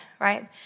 right